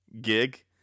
gig